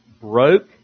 broke